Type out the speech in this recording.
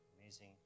amazing